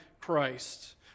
Christ